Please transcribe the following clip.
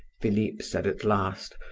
philip said at last,